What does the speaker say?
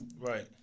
right